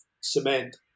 cement